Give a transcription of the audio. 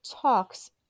talks